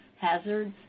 hazards